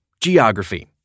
geography